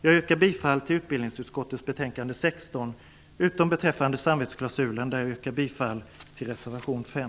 Jag yrkar bifall till utbildningsutskottets betänkande 16 utom beträffande samvetsklausulen där jag yrkar bifall till reservation 5.